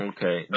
Okay